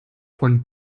von